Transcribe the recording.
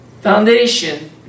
foundation